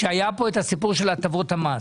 כשהיה פה את הסיפור של הטבות המס.